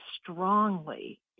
strongly